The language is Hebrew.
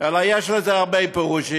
אלא יש לזה הרבה פירושים,